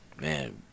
man